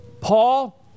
Paul